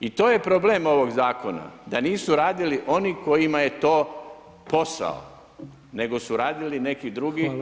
I to je problem ovog zakona da nisu radili oni kojima je to posao, nego su radili neki drugi